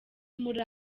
muri